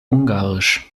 ungarisch